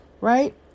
right